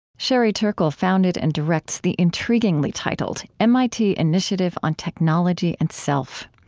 sherry turkle founded and directs the intriguingly titled mit initiative on technology and self.